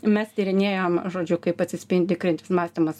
mes tyrinėjom žodžiu kaip atsispindi kritinis mąstymas